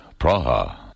Praha